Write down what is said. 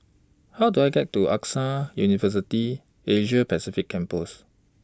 How Do I get to AXA University Asia Pacific Campus